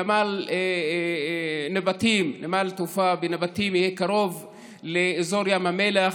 נמל תעופה בנבטים יהיה קרוב לאזור ים המלח,